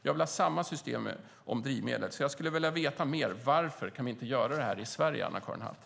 Jag vill ha samma system när det gäller drivmedel. Jag skulle vilja veta mer om varför vi inte kan göra detta i Sverige, Anna-Karin Hatt.